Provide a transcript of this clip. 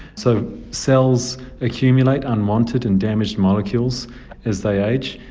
so cells accumulate unwanted and damaged molecules as they age,